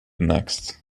next